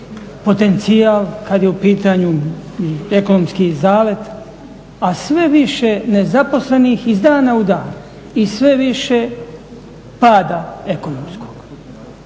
potencijal, kad je u pitanju ekonomski zalet, a sve više nezaposlenih iz dana u dan i sve više pada ekonomskog.